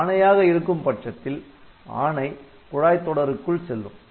ஆணையாக இருக்கும்பட்சத்தில் ஆணை குழாய் தொடருக்குள் செல்லும்